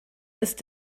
ist